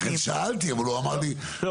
לכן שאלתי, אבל הוא אמר לי שלא.